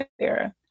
Sarah